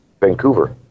Vancouver